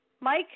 Mike